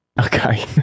Okay